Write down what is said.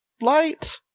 light